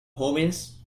homies